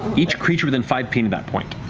each creature within five feet of that point.